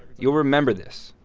you'll remember this.